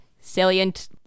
salient